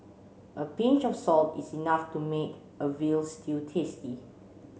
a pinch of salt is enough to make a veal stew tasty